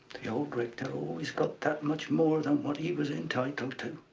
the old rector always got that much more than what he was entitled to.